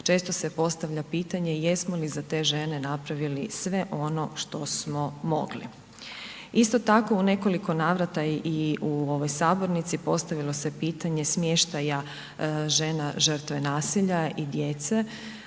često se postavlja pitanje jesmo li za te žene napravili sve ono što smo mogli? Isto tako u nekoliko navrata i u ovoj sabornici postavilo se pitanje smještaja žena žrtve nasilja i djece